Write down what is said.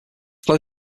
close